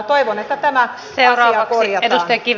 toivon että tämä asia korjataan